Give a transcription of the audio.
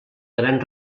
gran